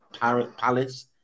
Palace